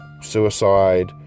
suicide